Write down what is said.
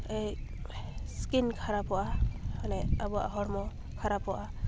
ᱮᱭ ᱥᱠᱤᱱ ᱠᱷᱟᱨᱟᱯᱚᱜᱼᱟ ᱢᱟᱱᱮ ᱟᱵᱚᱣᱟᱜ ᱦᱚᱲᱢᱚ ᱠᱷᱟᱨᱟᱯᱚᱜᱼᱟ